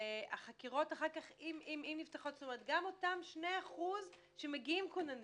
וגם אותם 2% שמגיעים כוננים,